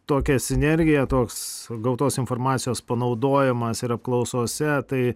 tokia sinergija toks gautos informacijos panaudojimas ir apklausose tai